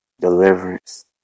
Deliverance